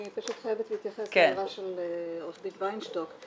אני פשוט חייבת להתייחס להערה של עורכת דין ויינשטוק.